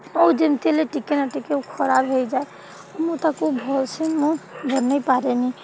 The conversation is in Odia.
ଆଉ ଯେମିତି ହେଲେ ଟିକିଏ ନା ଟିକିଏ ଖରାପ ହୋଇଯାଏ ମୁଁ ତାକୁ ଭଲସେ ମୁଁ ବନାଇପାରେନି